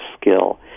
skill